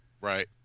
right